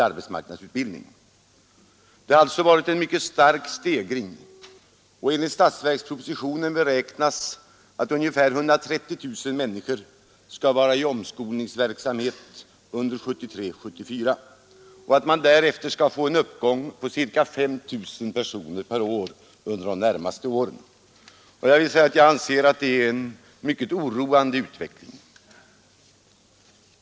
Det har alltså varit en mycket stark stegring av antalet deltagare. Enligt statsverkspropositionen beräknas att ungefär 130 000 människor skall delta i omskolningsverksamhet under 1973/74 och att man därefter skall få en uppgång med ca 5 000 personer per år under de närmaste åren. Jag anser det vara en mycket oroande utveckling.